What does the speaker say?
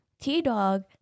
T-Dog